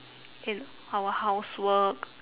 in our housework